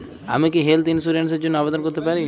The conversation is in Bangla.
আমি কি হেল্থ ইন্সুরেন্স র জন্য আবেদন করতে পারি?